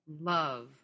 love